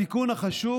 התיקון החשוב